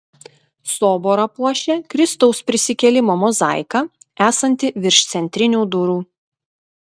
soborą puošia kristaus prisikėlimo mozaika esanti virš centrinių durų